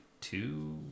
two